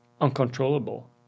uncontrollable